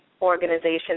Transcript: organization